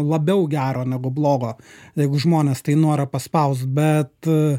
labiau gero negu blogo jeigu žmonės tai norą paspaust bet